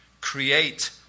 create